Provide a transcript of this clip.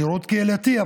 שירות קהילתי,